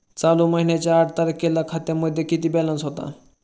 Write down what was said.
चालू महिन्याच्या आठ तारखेला खात्यामध्ये किती बॅलन्स होता?